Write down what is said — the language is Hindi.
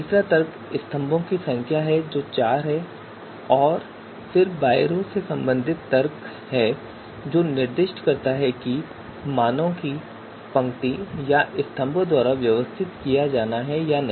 तीसरा तर्क स्तंभों की संख्या है जो चार है और फिर बायरो से संबंधित तर्क जो निर्दिष्ट करता है कि मानों को पंक्ति या स्तंभों द्वारा व्यवस्थित किया जाना है या नहीं